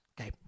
Okay